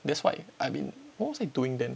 that's why I've been what was I doing then